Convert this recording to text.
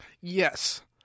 yes